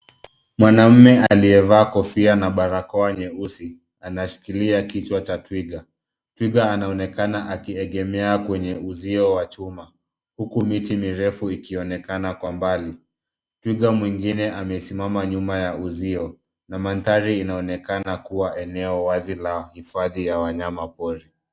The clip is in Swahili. Mwanaume aliyevaa kofia na barakoa nyeusi anashikilia kichwa cha twiga. Twiga anaonekana akiegemea kwenye uzio wa chuma huku miti mirefu ikionekana kwa mbali. Twiga mwengine amesimama nyuma ya uzio. Na manthari inaonekana kuwa eneo wazi la uhifadhi wa wanyama pori.